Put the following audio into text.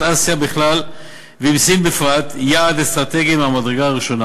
אסיה בכלל ועם סין בפרט יעד אסטרטגי מהמדרגה הראשונה.